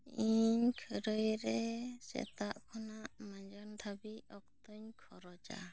ᱤᱧ ᱠᱷᱟᱹᱨᱟᱹᱭ ᱨᱮ ᱥᱮᱛᱟᱜ ᱠᱷᱚᱱᱟᱜ ᱢᱟᱧᱡᱟᱱ ᱫᱷᱟᱹᱵᱤᱡ ᱚᱠᱛᱚ ᱤᱧ ᱠᱷᱚᱨᱚᱪᱟ